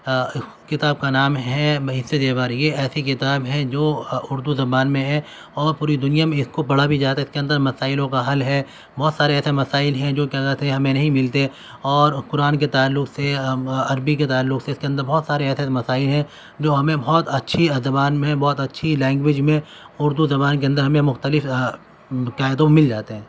کتاب کا نام ہے بہشتی زیور یہ ایسی کتاب ہے جو اردو زبان میں ہے اور پوری دنیا میں اس کو پڑھا بھی جاتا ہے اس کے اندر مسائل کا حل ہے بہت سارے ایسے مسائل ہیں جو کہ کیا کہتے ہیں ہمیں نہیں ملتے اور قرآن کے تعلق سے عربی کے تعلق سے اس کے اندر بہت سارے ایسے مسائل ہیں جو ہمیں بہت اچھی زبان میں بہت اچھی لینگویج میں اردو زبان کے اندر ہمیں مختلف کہہ دو مل جاتے ہیں